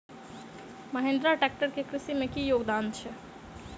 Mahindra tractor केँ कृषि मे की योगदान छै?